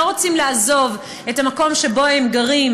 לא רוצים לעזוב את המקום שבו הם גרים,